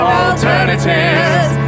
alternatives